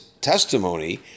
testimony